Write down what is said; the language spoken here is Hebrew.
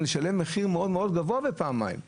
זה לשלם מחיר מאוד מאוד גבוה פעמיים.